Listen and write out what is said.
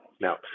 Now